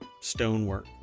stonework